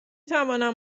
توانم